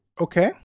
Okay